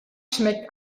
schmeckt